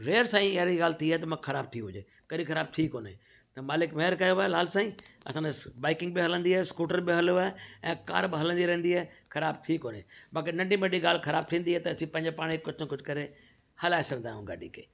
rare सांई अहिड़ी ॻाल्हि थी आहे त खराब थी हुजे कॾी ख़राब थी कोन्हे मालिक महिर कयो आहे लाल साईं असां सां बाइकिन बि हलंदी आहे स्कूटर बि हलियो आहे ऐं कार बि हलंदी रहंदी आहे ख़राब थी कोन्हे बाक़ी नंढी वॾी ॻाल्हि ख़राब थींदी आ्हे त असीं पंहिंजो पाण ई कुझु न कुझु करे हलाए सघंदा आहियूं गाॾी खे